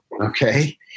okay